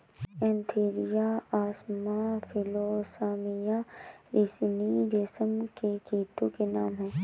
Antheraea assama philosamia ricini रेशम के कीटो के नाम हैं